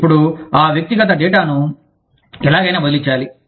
ఇప్పుడు ఆ వ్యక్తిగత డేటాను ఎలాగైనా బదిలీ చేయాలి